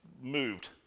moved